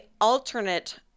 alternate